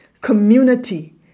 community